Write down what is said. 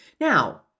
Now